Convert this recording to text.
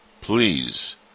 please